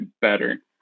better